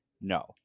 No